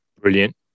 Brilliant